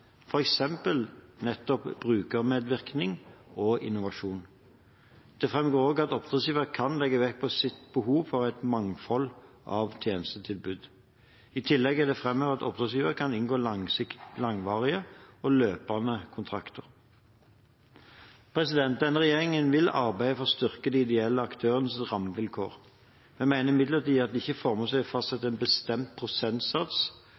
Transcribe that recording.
nettopp brukermedvirkning og innovasjon. Det framgår også at oppdragsgiver kan legge vekt på sitt behov for et mangfold av tjenestetilbud. I tillegg er det framhevet at oppdragsgiver kan inngå langvarige og løpende kontrakter. Denne regjeringen vil arbeide for å styrke de ideelle aktørenes rammevilkår. Jeg mener imidlertid at det ikke er formålstjenlig å fastsette en bestemt prosentsats